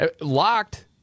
Locked